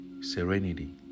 Serenity